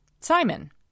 Simon